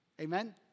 Amen